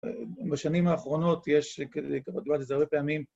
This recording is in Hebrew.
בשנים האחרונות יש, כבר דיברתי על זה הרבה פעמים,